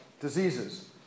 diseases